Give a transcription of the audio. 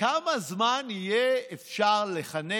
כמה זמן אפשר יהיה לכנס